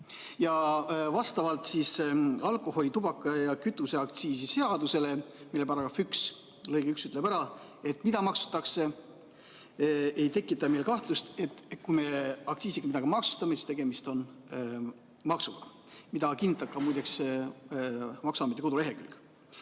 ja vastavalt alkoholi-, tubaka- ja kütuseaktsiisi seadusele, mille § 1 lõige 1 ütleb ära, mida maksustatakse, ei teki meil kahtlust, et kui me aktsiisiga midagi maksustame, siis tegemist on maksuga, mida kinnitab muideks ka maksuameti kodulehekülg.